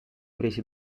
presi